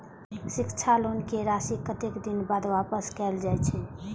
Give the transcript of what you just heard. शिक्षा लोन के राशी कतेक दिन बाद वापस कायल जाय छै?